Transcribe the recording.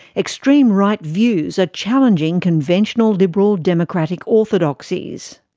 extreme-right views are challenging conventional liberal democratic orthodoxies.